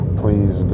please